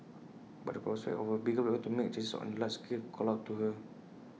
but the prospect of A bigger platform to make changes on A larger scale called out to her